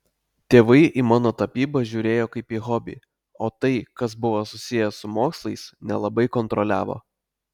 tėvai į mano tapybą žiūrėjo kaip į hobį o tai kas buvo susiję su mokslais nelabai kontroliavo